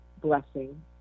blessing